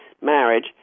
marriage